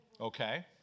Okay